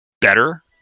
better